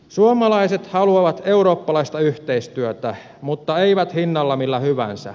suomalaiset haluavat eurooppalaista yhteistyötä mutta eivät hinnalla millä hyvänsä